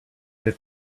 that